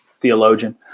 theologian